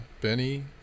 benny